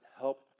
help